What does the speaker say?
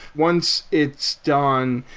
once it's done,